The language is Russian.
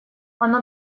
оно